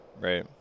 right